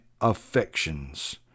affections